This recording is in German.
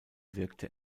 wirkte